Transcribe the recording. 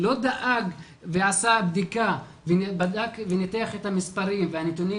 לא דאג ועשה בדיקה וניתח את המספרים והנתונים